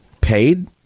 Paid